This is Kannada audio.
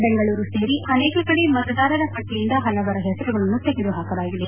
ಬೆಂಗಳೂರು ಸೇರಿ ಅನೇಕ ಕಡೆ ಮತದಾರರ ಪಟ್ಟಿಯಿಂದ ಪಲವರ ಪೆಸರುಗಳನ್ನು ತೆಗೆದು ಹಾಕಲಾಗಿದೆ